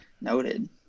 Noted